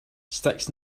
sticks